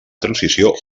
transició